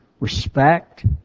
Respect